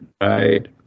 Right